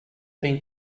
been